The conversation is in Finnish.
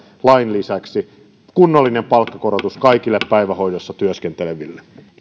lain lisäksi kunnollinen palkkakorotus kaikille päivähoidossa työskenteleville